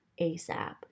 ASAP